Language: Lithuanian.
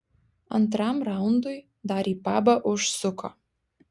antram raundui dar į pabą užsuko